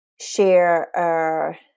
share